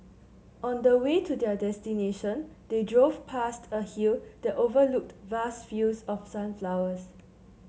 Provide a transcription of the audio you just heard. on the way to their destination they drove past a hill that overlooked vast fields of sunflowers